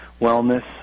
wellness